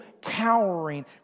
cowering